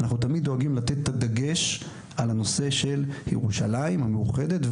אנחנו תמיד דואגים לתת את הדגש על הנושא של ירושלים המאוחדת,